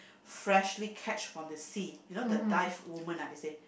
freshly catch from the sea you know the dive women ah they say